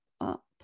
up